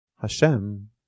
Hashem